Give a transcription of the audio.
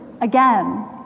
again